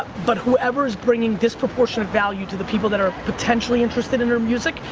but whoever's bringing disproportionate value to the people that are potentially interested in her music,